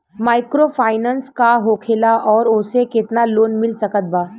Microfinance का होखेला और ओसे केतना लोन मिल सकत बा?